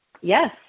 Yes